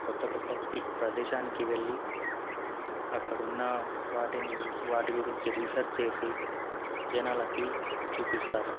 కొత్త కొత్త ప్రదేశానికి వెళ్ళి అక్కడ ఉన్న వాటిని వాటి గురించి రీసెర్చ్ చేసి జనాలకి చూపిస్తారు